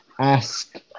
ask